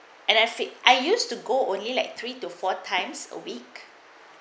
and I fink I used to go only like three to four times a week